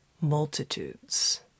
multitudes